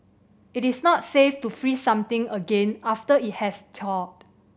it is not safe to freeze something again after it has thawed